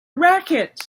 racket